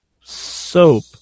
Soap